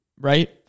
Right